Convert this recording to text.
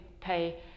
pay